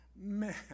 man